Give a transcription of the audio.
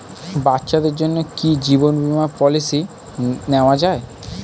বাচ্চাদের জন্য কি জীবন বীমা পলিসি নেওয়া যায়?